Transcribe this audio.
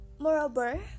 Moreover